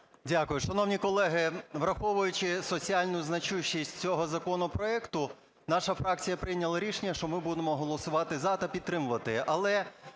Дякую. Шановні колеги, враховуючи соціальну значущість цього законопроекту, наша фракція прийняла рішення, що ми будемо голосувати за та підтримувати.